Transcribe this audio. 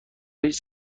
هیچ